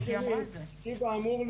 היא אמרה את זה.